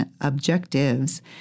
objectives